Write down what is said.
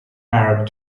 arab